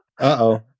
Uh-oh